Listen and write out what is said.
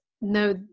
no